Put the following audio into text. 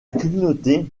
communauté